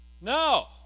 No